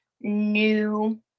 new